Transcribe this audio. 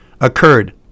occurred